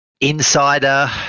insider